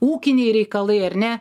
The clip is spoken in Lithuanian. ūkiniai reikalai ar ne